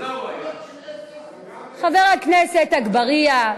חבר הכנסת אגבאריה,